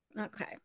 Okay